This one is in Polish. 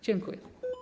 Dziękuję.